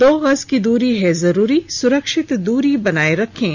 दो गज की दूरी है जरूरी सुरक्षित दूरी बनाए रखें